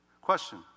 Question